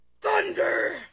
thunder